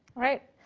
right.